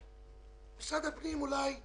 במשרד הפנים אולי התזרים,